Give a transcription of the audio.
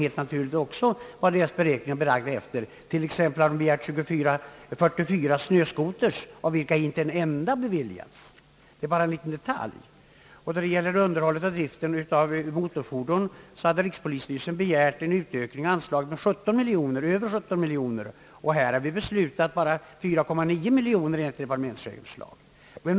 Styrelsen hade t.ex. begärt 44 snöscooters, av vilka inte en enda beviljats. För underhåll och drift av motorfordon hade rikspolisstyrelsen begärt en ökning av anslaget med över 17 miljoner kronor. Vi har beslutat bara 4,9 miljoner, enligt departementschefens förslag.